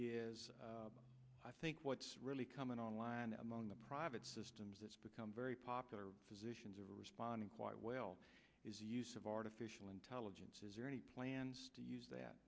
is i think what's really coming online among the private systems that's become very popular physicians are responding quite well is the use of artificial intelligence is there any plans to use that